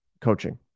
coaching